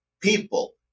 People